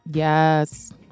Yes